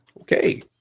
Okay